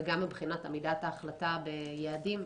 וגם מבחינת עמידת ההחלטה ביעדים,